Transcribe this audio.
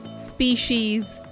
Species